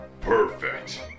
Perfect